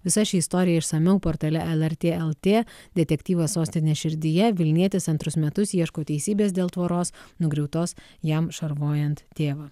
visa ši istorija išsamiau portale lrt lt detektyvas sostinės širdyje vilnietis antrus metus ieško teisybės dėl tvoros nugriautos jam šarvojant tėvą